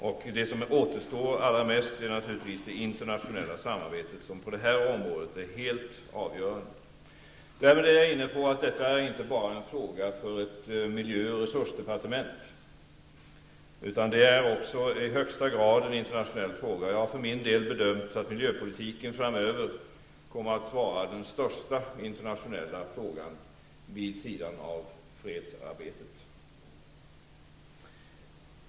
Av det är allra viktigaste som återstår det internationella samarbetet som på det här området är helt avgörande. Därmed är jag inne på att detta inte bara är en fråga för ett miljö och resursdepartement, utan det är också i allra högsta grad en internationell fråga. Jag för min del har bedömt det så att miljöpolitiken framöver kommer att vara den största internationella frågan vid sidan av fredsarbetet.